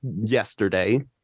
yesterday